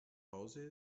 hause